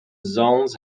zones